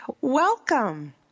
Welcome